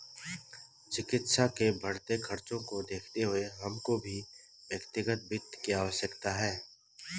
चिकित्सा के बढ़ते खर्चों को देखते हुए हमको भी व्यक्तिगत वित्त की आवश्यकता है